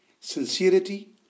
sincerity